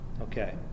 Okay